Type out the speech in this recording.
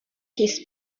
his